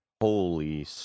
holy